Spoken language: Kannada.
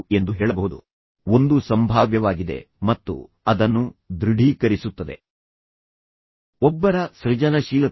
ಈಗ ಬುದ್ದಿಮತ್ತೆಃ ನೀವು ಒಟ್ಟಿಗೆ ಕುಳಿತುಕೊಳ್ಳಬಹುದು ಮತ್ತು ನಂತರ ನೋಡು ಅಪ್ಪನಿಗೆ ಈ ಬಾರಿ ವಿದೇಶಕ್ಕೆ ಕರೆದೊಯ್ಯಲು ಸಾಧ್ಯವಾಗುವುದಿಲ್ಲ ಏಕೆಂದರೆ ಆತ ಆರ್ಥಿಕ ಸಂಕಷ್ಟದಲ್ಲಿದ್ದಾನೆ